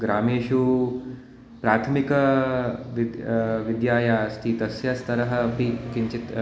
ग्रामेषु प्राथमिक विद् विद्यालयः अस्ति तस्य स्तरः अपि किञ्चित्